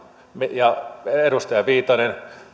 edustaja viitanen